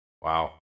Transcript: Wow